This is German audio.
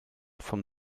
von